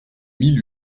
mille